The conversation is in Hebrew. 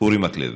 אורי מקלב.